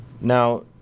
Now